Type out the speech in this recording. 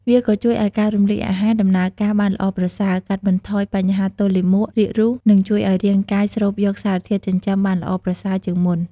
វាក៏ជួយឲ្យការរំលាយអាហារដំណើរការបានល្អប្រសើរ កាត់បន្ថយបញ្ហាទល់លាមក រាគរូស និងជួយឲ្យរាងកាយស្រូបយកសារធាតុចិញ្ចឹមបានល្អប្រសើរជាងមុន។